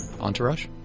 entourage